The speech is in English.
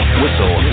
whistle